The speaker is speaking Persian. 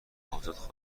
ازاد